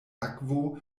akvo